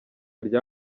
rya